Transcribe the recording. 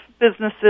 businesses